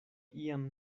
iam